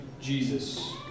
Jesus